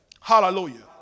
Hallelujah